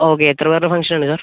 okay എത്ര പേരുടെ ഫംഗ്ഷനാണ് സർ